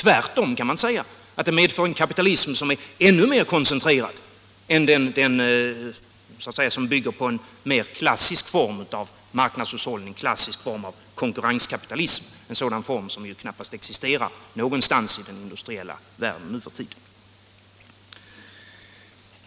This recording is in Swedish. Tvärtom kan man säga att det medför en kapitalism som är ännu mer koncentrerad än den som bygger på en mer klassisk form av konkurrenskapitalism — en sådan form som ju knappast existerar någonstans i den industriella världen nu för tiden.